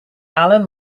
allan